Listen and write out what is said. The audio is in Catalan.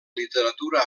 literatura